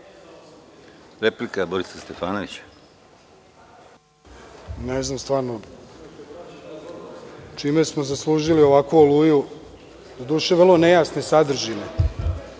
**Borko Stefanović** Ne znam stvarno čime smo zaslužili ovakvu oluju, doduše, vrlo nejasne sadržine,